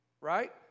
Right